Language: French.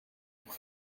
pour